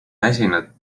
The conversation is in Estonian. väsinud